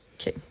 Okay